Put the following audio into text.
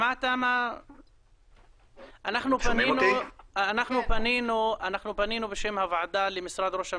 אנחנו פנינו בשם הוועדה לראש הממשלה.